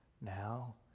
now